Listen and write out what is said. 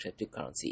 cryptocurrency